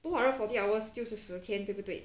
two hundred forty hours 就是十天对不对